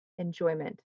enjoyment